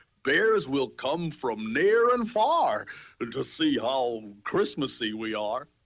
bears will come from near and far to see how christmassy we are!